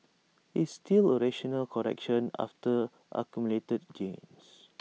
it's still A rational correction after accumulated gains